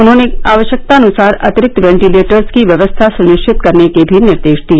उन्होंने आवश्यकतानुसार अतिरिक्त वेटिलेटर्स की व्यवस्था सुनिश्चित करने के भी निर्देश दिए